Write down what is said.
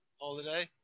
holiday